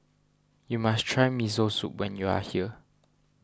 you must try Miso Soup when you are here